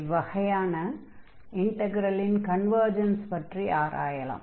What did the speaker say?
இவ்வகையான இன்டக்ரலின் கன்வர்ஜன்ஸ் பற்றி ஆராயலாம்